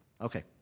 Okay